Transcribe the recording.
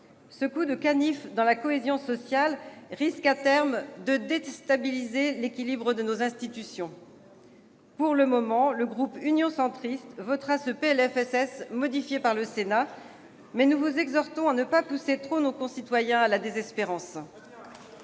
Ce coup de canif dans la cohésion sociale risque à terme de déstabiliser l'équilibre de nos institutions. Pour le moment, le groupe Union Centriste votera ce PLFSS modifié par le Sénat, mais nous vous exhortons à ne pas pousser trop nos concitoyens à la désespérance.